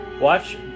Watch